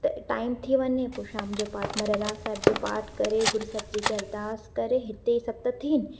त टाइम थी वञे पोइ शाम जो पाठ में रहिरास साहिब जो पाठु करे गुरू साहिब जी खे अरदास करे हिते ई सत थिअनि